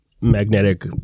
magnetic